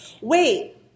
Wait